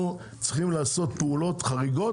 אנחנו צריכים לעשות פעולות חריגות